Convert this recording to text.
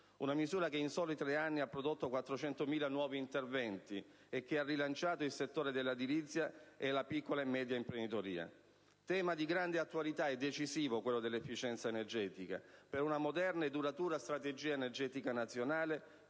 Una misura che in soli tre anni ha prodotto 400.000 nuovi interventi e che ha rilanciato il settore dell'edilizia e della piccola e media imprenditoria. Tema di grande attualità e decisivo, quello dell'efficienza energetica, per una moderna e duratura strategia energetica nazionale,